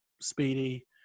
speedy